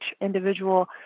individual